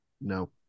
No